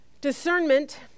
Discernment